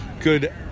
good